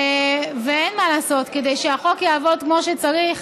אין מה לעשות, כדי שהחוק יעבור כמו שצריך